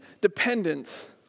dependence